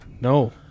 No